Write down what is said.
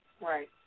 Right